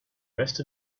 rest